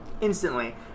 Instantly